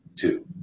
two